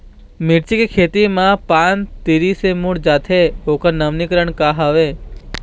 मिर्ची के खेती मा पान तरी से मुड़े जाथे ओकर नवीनीकरण का हवे?